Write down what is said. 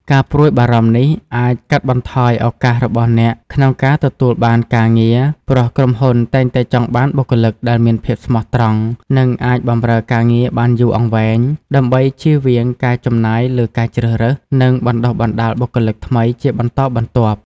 ការព្រួយបារម្ភនេះអាច កាត់បន្ថយឱកាសរបស់អ្នកក្នុងការទទួលបានការងារ ព្រោះក្រុមហ៊ុនតែងតែចង់បានបុគ្គលិកដែលមានភាពស្មោះត្រង់ និងអាចបម្រើការងារបានយូរអង្វែង ដើម្បីជៀសវាងការចំណាយលើការជ្រើសរើស និងបណ្ដុះបណ្ដាលបុគ្គលិកថ្មីជាបន្តបន្ទាប់។